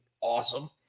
awesome